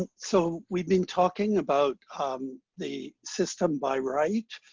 and so we've been talking about the system by right.